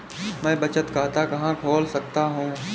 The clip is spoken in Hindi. मैं बचत खाता कहां खोल सकता हूं?